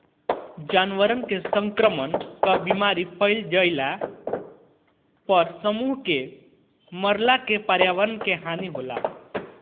जानवरन में संक्रमण कअ बीमारी फइल जईला पर समूह में मरला से पर्यावरण के हानि होला